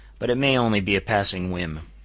but it may only be a passing whim.